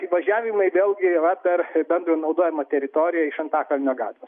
įvažiavimai vėlgi yra per bendro naudojimo teritoriją iš antakalnio gatvės